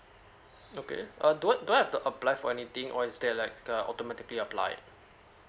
okay uh do I do I have to apply for anything or is there like uh automatically applied